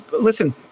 listen